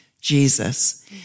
Jesus